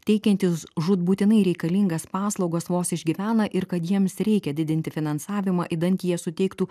teikiantys žūtbūtinai reikalingas paslaugas vos išgyvena ir kad jiems reikia didinti finansavimą idant jie suteiktų